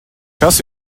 kas